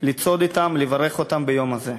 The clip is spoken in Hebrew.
לצעוד אתם ולברך אותם ביום הזה.